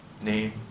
name